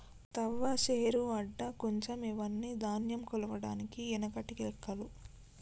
తవ్వ, శేరు, అడ్డ, కుంచం ఇవ్వని ధాన్యం కొలవడానికి ఎనకటి లెక్కలు